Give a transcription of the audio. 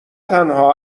تنها